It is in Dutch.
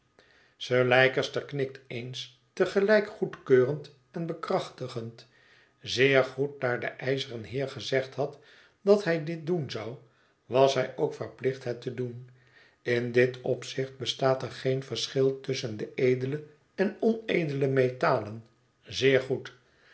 sir leicester knikt eens te gelijk goedkeurend en bekrachtigend zeer goed daar de ijzeren heer gezegd had dat hij dit doen zou was hij ook verplicht het te doen in dit opzicht bestaat er geen verschil tusschen de edele en onedele metalen zeer goed